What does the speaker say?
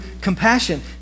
compassion